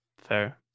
Fair